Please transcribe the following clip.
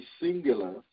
singular